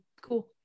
Cool